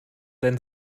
dein